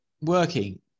working